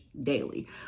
daily